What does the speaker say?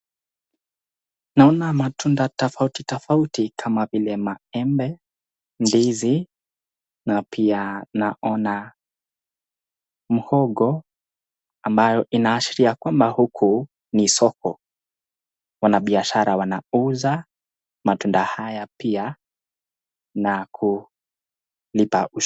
naona matunda tofauti tofauti kama vile maembe, ndizi na pia naona mhogo ambayo inaashiria kwamba huku ni soko. Wanabiashara wanauza matunda haya pia na kulipa